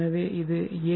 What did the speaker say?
எனவே இது ஏ